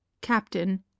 Captain